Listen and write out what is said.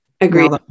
Agreed